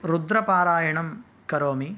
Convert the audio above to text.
रुद्रपारायणं करोमि